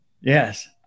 Yes